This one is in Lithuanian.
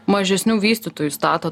mažesnių vystytojų stato